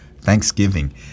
Thanksgiving